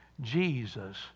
Jesus